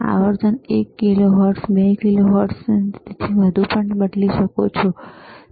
આવર્તન એક kilohertz 2 kilohertz અને તેથી વધુ છે તમે તેને બદલી શકો છો